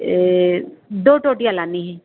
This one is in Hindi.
ये दो टोंटियाँ लानी है